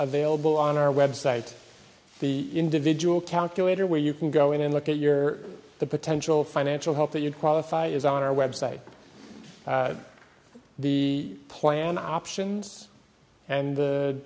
available on our website the individual calculator where you can go in and look at your the potential financial help that you qualify is on our web site the plan options and